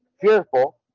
fearful